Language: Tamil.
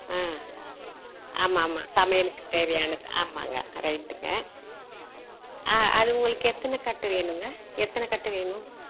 ஆ ஆமாம் ஆமாம் சமையலுக்குத் தேவையானது ஆமாங்க ரைட்டுங்க ஆ அது உங்களுக்கு எத்தனை கட்டு வேணுங்க எத்தனை கட்டு வேணும்